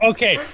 Okay